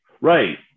Right